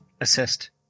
assist